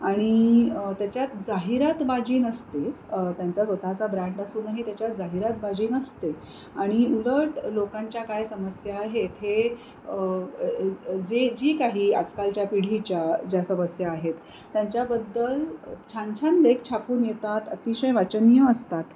आणि त्याच्यात जाहिरातबाजी नसते त्यांचा स्वत चा ब्रँड असूनही त्याच्यात जाहिरातबाजी नसते आणि उलट लोकांच्या काय समस्या आहेत हे जे जी काही आजकालच्या पिढीच्या ज्या समस्या आहेत त्यांच्याबद्दल छान छान लेख छापून येतात अतिशय वाचनीय असतात